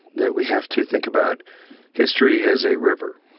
that we have to think about history as a river.